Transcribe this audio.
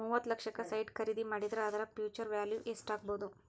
ಮೂವತ್ತ್ ಲಕ್ಷಕ್ಕ ಸೈಟ್ ಖರಿದಿ ಮಾಡಿದ್ರ ಅದರ ಫ್ಹ್ಯುಚರ್ ವ್ಯಾಲಿವ್ ಯೆಸ್ಟಾಗ್ಬೊದು?